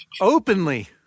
openly